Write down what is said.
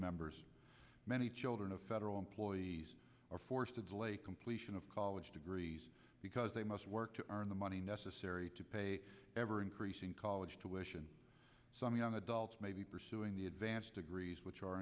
members many children of federal employees are forced to delay completion of college degrees because they must work to earn the money necessary to pay ever increasing college tuition some young adults may be pursuing the advanced degrees which are